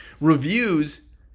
Reviews